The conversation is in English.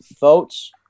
votes